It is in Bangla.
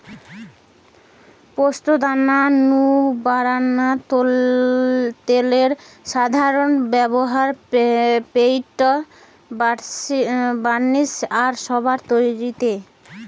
পোস্তদানা নু বারানা তেলের সাধারন ব্যভার পেইন্ট, বার্নিশ আর সাবান তৈরিরে